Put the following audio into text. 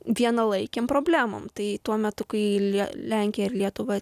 vienalaikėm problemom tai tuo metu kai į lenkiją ir lietuvą